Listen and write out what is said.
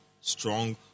strong